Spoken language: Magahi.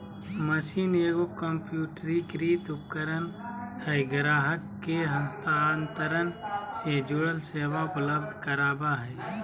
मशीन एगो कंप्यूटरीकृत उपकरण हइ ग्राहक के हस्तांतरण से जुड़ल सेवा उपलब्ध कराबा हइ